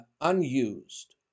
unused